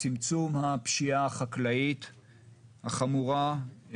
צמצום הפשיעה החקלאית החמורה,